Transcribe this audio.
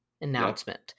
announcement